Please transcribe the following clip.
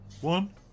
One